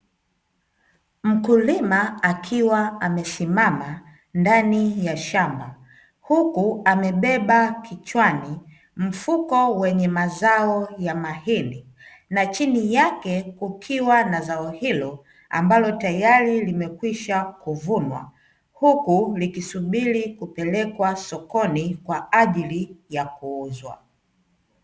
Mkulima akiwa amesimama ndani ya shamba huku amebeba kichwani mfuko wenye mazao ya mahindi, na chini yake kukiwa na zao hilo ambalo tayari limekwisha kuvunwa, huku likisubiri kupelekwa sokoni kwa ajili ya kuuzwa.